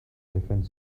defend